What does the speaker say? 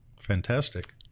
Fantastic